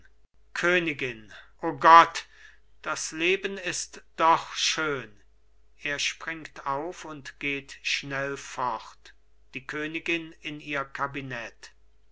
königin o gott das leben ist doch schön er springt auf und geht schnell fort die königin in ihr kabinett